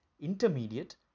intermediate